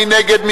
מי נגד?